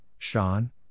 Sean